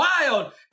wild